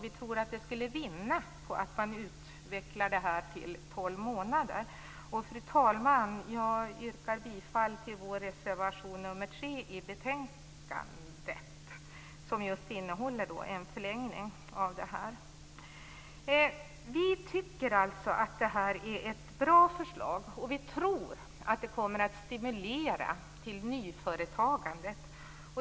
Vi tror att det hela skulle vinna på att utvecklas till tolv månader. Fru talman! Jag yrkar bifall till Vänsterpartiets reservation nr 3 i betänkandet, som innebär en förlängning av perioden. Vi tycker alltså att det här är ett bra förslag, och vi tror att det kommer att stimulera till nyföretagande.